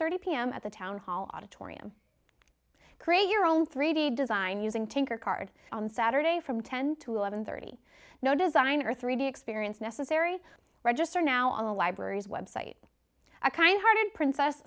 thirty pm at the town hall auditorium create your own three day design using tinker card on saturdays from ten to eleven thirty no designer three d experience necessary register now on the library's website a kind hearted princess